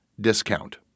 discount